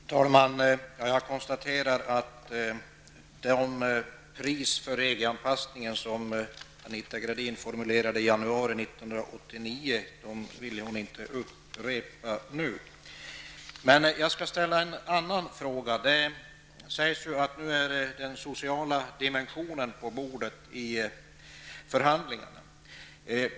Herr talman! Jag konstaterar att Anita Gradin inte ville upprepa det pris för EG-anpassning som hon formulerade i januari 1989. Jag skall ställa en annan fråga. Det sägs ju att den sociala dimensionen nu är föremål för diskussion i förhandlingarna.